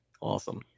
awesome